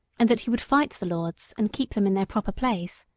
and that he would fight the lords and keep them in their proper place.